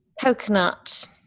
coconut